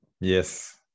Yes